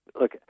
look